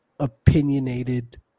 opinionated